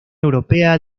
europea